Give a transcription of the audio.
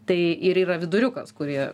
tai ir yra viduriukas kurie